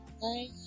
bye